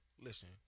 listen